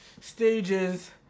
stages